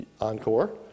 encore